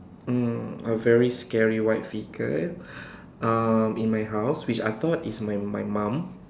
mm a very scary white figure um in my house which I thought is my my mom